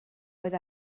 oedd